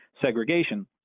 segregation